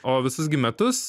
o visus gi metus